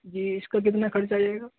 جی اس کا کتنا خرچ آ جائے گا